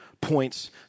points